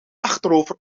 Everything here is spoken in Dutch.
achterover